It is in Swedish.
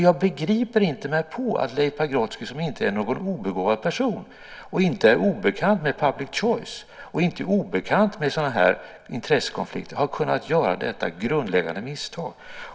Jag begriper mig inte på att Leif Pagrotsky, som inte är någon obegåvad person, inte är obekant med public choice och inte är obekant med sådana här intressekonflikter, har kunnat göra detta grundläggande misstag.